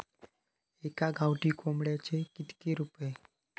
एका गावठी कोंबड्याचे कितके रुपये?